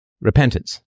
repentance